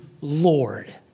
Lord